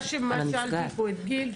אבל מה ששאלתי פה את גיל,